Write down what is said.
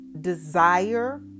desire